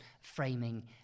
framing